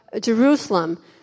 Jerusalem